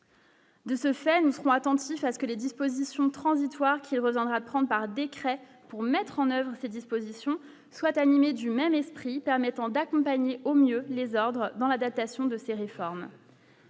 De ce fait, nous serons attentifs à ce que les dispositions transitoires qui rejoindra prendre par décret pour mettre en oeuvre ces dispositions soit animé du même esprit, permettant d'accompagner au mieux les ordres dans la datation de ces réformes.